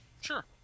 Sure